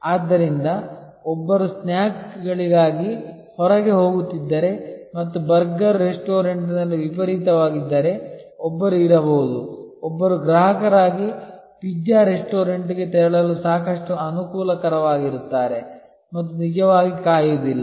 ಆದ್ದರಿಂದ ಒಬ್ಬರು ಸ್ಸ್ನಾಕ್ಸ್ಹಗಳಿಗಾಗಿ ಹೊರಗೆ ಹೋಗುತ್ತಿದ್ದರೆ ಮತ್ತು ಬರ್ಗರ್ ರೆಸ್ಟೋರೆಂಟ್ನಲ್ಲಿ ವಿಪರೀತವಾಗಿದ್ದರೆ ಒಬ್ಬರು ಇರಬಹುದು ಒಬ್ಬರು ಗ್ರಾಹಕರಾಗಿ ಪಿಜ್ಜಾ ರೆಸ್ಟೋರೆಂಟ್ಗೆ ತೆರಳಲು ಸಾಕಷ್ಟು ಅನುಕೂಲಕರವಾಗಿರುತ್ತಾರೆ ಮತ್ತು ನಿಜವಾಗಿ ಕಾಯುವುದಿಲ್ಲ